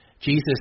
Jesus